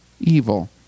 evil